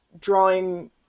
drawing